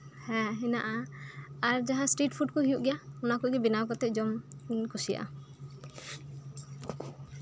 ᱦᱮᱸ ᱦᱮᱱᱟᱜᱼᱟ ᱟᱨ ᱡᱟᱸᱦᱟ ᱤᱥᱴᱤᱨᱤᱴ ᱯᱷᱩᱰ ᱠᱚ ᱦᱩᱭᱩᱜ ᱜᱮᱭᱟ ᱚᱱᱟ ᱠᱚᱜᱮ ᱵᱮᱱᱟᱣ ᱠᱟᱛᱮᱫ ᱡᱚᱢ ᱤᱧ ᱠᱩᱭᱟᱜᱼᱟ